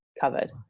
covered